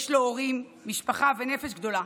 יש לו הורים, משפחה ונפש גדולה.